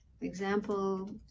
example